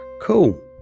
cool